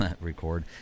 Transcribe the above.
record